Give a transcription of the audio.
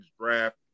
draft